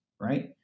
right